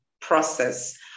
process